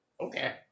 Okay